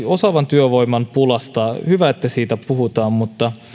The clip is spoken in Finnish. osaavan työvoiman pulasta hyvä että siitä puhutaan mutta